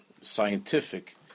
scientific